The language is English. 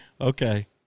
Okay